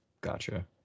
Gotcha